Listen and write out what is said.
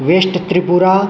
waste Tripura